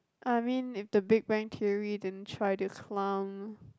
I mean if the Big Bang Theory didn't try to clown